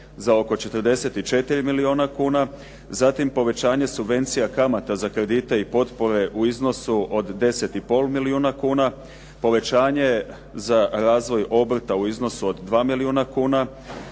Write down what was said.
za oko 44 milijuna kuna, zatim povećanje subvencija kamata za kredite i potpore u iznosu od 10,5 milijuna kuna, povećanje za razvoj obrta u iznosu od 2 milijuna kuna,